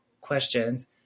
questions